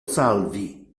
salvi